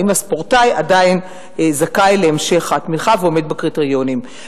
אם הספורטאי עדיין זכאי להמשך התמיכה ועומד בקריטריונים.